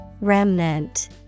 Remnant